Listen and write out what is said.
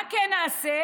מה כן נעשה?